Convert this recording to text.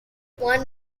one